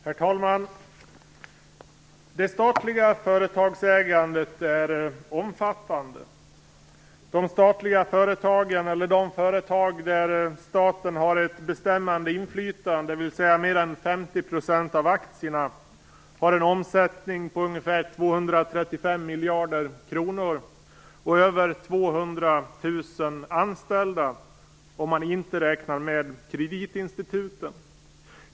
Herr talman! Det statliga företagsägandet är omfattande. De företag där staten har ett bestämmande inflytande, dvs. mer än 50 % av aktierna, har en omsättning på ungefär 235 miljarder kronor och över 200 000 anställda, om man inte räknar med kreditinstituten.